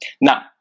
Now